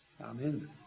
Amen